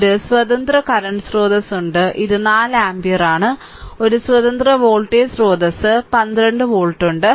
ഒരു സ്വതന്ത്ര കറന്റ് സ്രോതസ്സ് ഉണ്ട് ഇത് 4 ആമ്പിയർ ആണ് ഒരു സ്വതന്ത്ര വോൾട്ടേജ് സ്രോതസ്സ് 12 വോൾട്ട് ഉണ്ട്